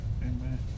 Amen